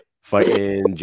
fighting